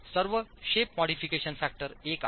सर्वशेप modification factor १ आहे